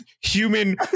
human